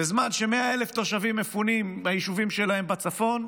בזמן ש-100,000 תושבים מפונים מהיישובים שלהם בצפון,